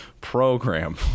program